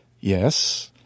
Yes